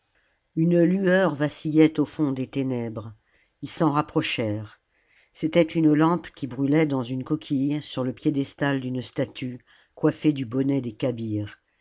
une lueur vacillait au fond des ténèbres ils s'en rapprochèrent c'était une lampe qui brûlait dans une coquille sur le piédestal d'une statue coiffée du bonnet des cabires